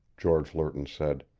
george lerton said.